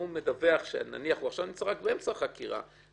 הוא נמצא עכשיו רק באמצע חקירה,